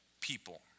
people